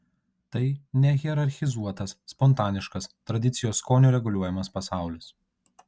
tai nehierarchizuotas spontaniškas tradicijos skonio reguliuojamas pasaulis